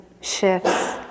shifts